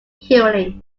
healing